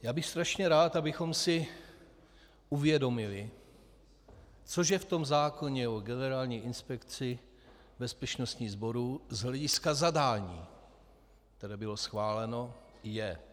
Já bych strašně rád, abychom si uvědomili, co že v tom zákoně o Generální inspekci bezpečnostní sborů z hlediska zadání, které bylo schváleno, je.